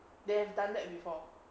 they've done that before